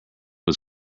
was